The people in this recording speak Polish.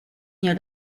nie